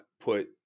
put